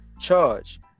charge